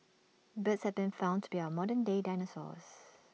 birds have been found to be our modern day dinosaurs